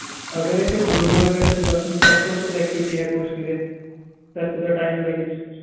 اگر أسۍ حظ گُلمرگ آسہِ اَسہِ گژھُن تَتہِ کۄس کۄس ایٚکٹِوِٹی ہٮ۪کو أسۍ کٔرِتھ تَتہِ کوٗتاہ ٹایِم لَگہِ اَسہِ